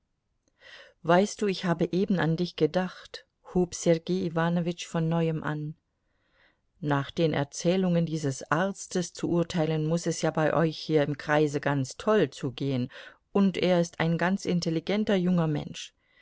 weißt du ich habe eben an dich gedacht hob sergei iwanowitsch von neuem an nach den erzählungen dieses arztes zu urteilen muß es ja bei euch hier im kreise ganz toll zugehen und er ist ein ganz intelligenter junger mensch